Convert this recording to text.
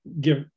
give